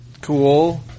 Cool